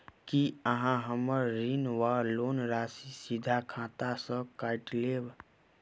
की अहाँ हम्मर ऋण वा लोन राशि सीधा खाता सँ काटि लेबऽ?